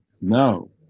No